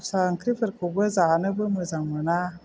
दस्रा ओंख्रिफोरखौबो जानोबो मोजां मोना